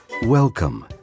Welcome